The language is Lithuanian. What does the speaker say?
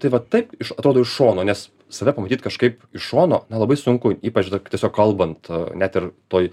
tai va taip iš atrodo iš šono nes save pamatyt kažkaip iš šono na labai sunku ypač dar tiesiog kalbant net ir toj